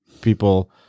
people